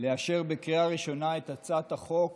לאשר בקריאה ראשונה את הצעת חוק